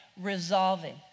resolving